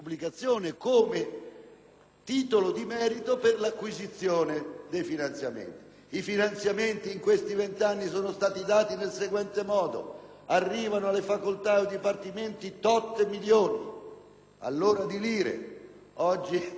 titolo di merito per l'acquisizione dei finanziamenti. Questi ultimi in questi vent'anni sono stati distribuiti nel seguente modo: arrivano alle facoltà e ai dipartimenti tot milioni (allora di lire, oggi immagino di euro)